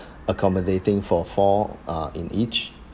accommodating for four uh in each